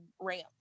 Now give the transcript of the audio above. ramp